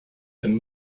and